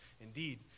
Indeed